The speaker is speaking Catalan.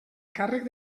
càrrec